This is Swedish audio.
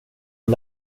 och